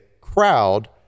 crowd